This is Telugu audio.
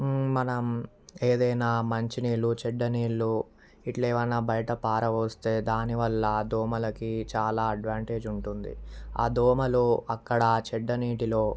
మనం ఏదైనా మంచి నీళ్లు చెడ్డ నీళ్ళు ఇట్ల ఏవన్నా బయట పారపోస్తే దాని వల్ల దోమలకి చాలా అడ్వాంటేజ్ ఉంటుంది ఆ దోమలు అక్కడ చెడ్డ నీటిలో